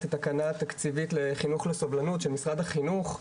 התקנה התקציבית לחינוך לסובלנות של משרד החינוך,